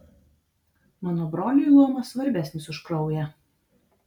mano broliui luomas svarbesnis už kraują